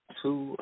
two